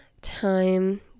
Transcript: time